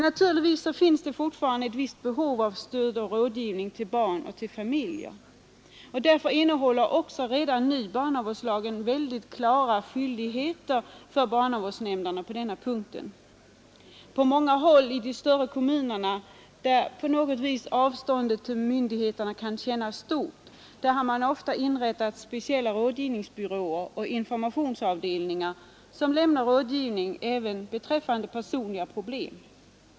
Naturligtvis finns det fortfarande ett visst behov av stöd och rådgivning till barn och familjer. Därför innehåller också redan nu barnavårdslagen väldigt klara skyldigheter för barnavårdsnämnderna på denna punkt. På många håll i de större kommuner, där avståndet till myndigheterna kan kännas stort, har man ofta inrättat speciella rådgivningsbyråer och informationsavdelningar, som lämnar rådgivning även beträffande personliga problem.